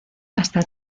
hasta